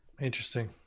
Interesting